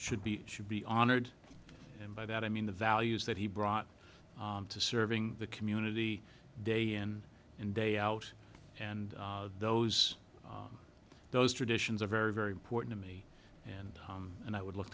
should be should be honored and by that i mean the values that he brought to serving the community day in and day out and those those traditions are very very important to me and and i would look